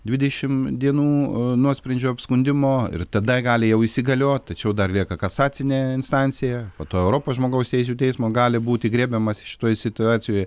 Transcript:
dvidešim dienų nuosprendžio apskundimo ir tada gali jau įsigaliot tačiau dar lieka kasacinė instancija po to europos žmogaus teisių teismo gali būti griebiamasi šitoj situacijoj